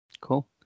Cool